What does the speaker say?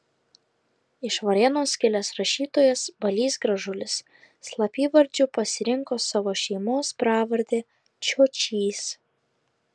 iš varėnos kilęs rašytojas balys gražulis slapyvardžiu pasirinko savo šeimos pravardę čiočys